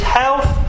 health